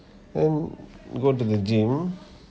then go to the gym